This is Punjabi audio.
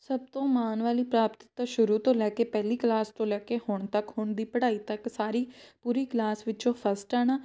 ਸਭ ਤੋਂ ਮਾਣ ਵਾਲੀ ਪ੍ਰਾਪਤੀ ਤੋਂ ਸ਼ੁਰੂ ਤੋਂ ਲੈ ਕੇ ਪਹਿਲੀ ਕਲਾਸ ਤੋਂ ਲੈ ਕੇ ਹੁਣ ਤੱਕ ਹੁਣ ਦੀ ਪੜ੍ਹਾਈ ਤੱਕ ਸਾਰੀ ਪੂਰੀ ਕਲਾਸ ਵਿੱਚੋਂ ਫਸਟ ਆਉਣਾ